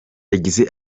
yagize